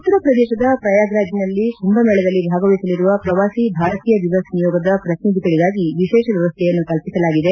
ಉತ್ತರ ಪ್ರದೇಶದ ಪ್ರಯಾಗ್ರಾಜ್ನಲ್ಲಿ ಕುಂಭಮೇಳದಲ್ಲಿ ಭಾಗವಹಿಸಲಿರುವ ಪ್ರವಾಸಿ ಭಾರತೀಯ ದಿಮ್ ನಿಯೋಗದ ಪ್ರತಿನಿಧಿಗಳಿಗಾಗಿ ವಿಶೇಷ ವ್ಯವಸ್ವೆಯನ್ನು ಕಲ್ಪಿಸಲಾಗಿದೆ